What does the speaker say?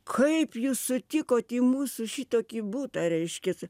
kaip jūs sutikot į mūsų šitokį butą reiškias